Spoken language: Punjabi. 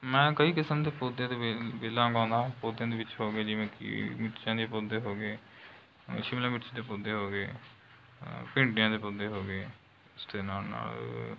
ਮੈਂ ਕਈ ਕਿਸਮ ਦੇ ਪੌਦੇ ਅਤੇ ਵੇਲ ਵੇਲਾਂ ਉਗਾਉਂਦਾ ਹਾਂ ਪੌਦਿਆਂ ਦੇ ਵਿੱਚ ਹੋ ਗਏ ਜਿਵੇਂ ਕਿ ਮਿਰਚਾਂ ਦੇ ਪੌਦੇ ਹੋ ਗਏ ਸ਼ਿਮਲਾ ਮਿਰਚ ਦੇ ਪੌਦੇ ਹੋ ਗਏ ਭਿੰਡੀਆਂ ਦੇ ਪੌਦੇ ਹੋ ਗਏ ਉਸਦੇ ਨਾਲ਼ ਨਾਲ਼